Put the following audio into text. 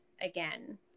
again